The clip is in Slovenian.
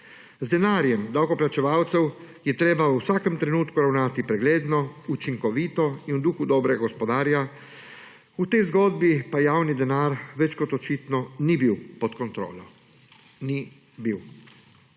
Z denarjem davkoplačevalcev je treba v vsakem trenutku ravnati pregledno, učinkovito in v duhu dobrega gospodarja, v tej zgodbi pa javni denar več kot očitno ni bil pod kontrolo. Ni bil.